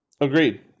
Agreed